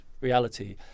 reality